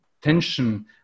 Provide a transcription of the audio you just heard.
tension